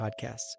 podcasts